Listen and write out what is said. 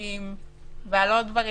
פיצויים ועל עוד דברים.